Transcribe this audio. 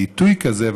בעיתוי כזה,